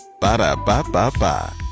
Ba-da-ba-ba-ba